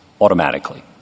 automatically